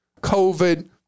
covid